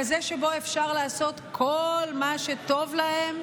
כזה שבו אפשר לעשות כל מה שטוב להם,